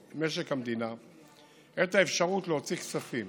לחוק-יסוד: משק המדינה את האפשרות להוציא כספים